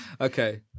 okay